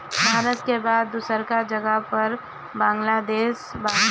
भारत के बाद दूसरका जगह पर बांग्लादेश बा